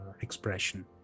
expression